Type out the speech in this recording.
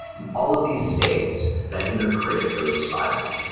in all of these states, that inner critic goes silent.